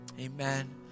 amen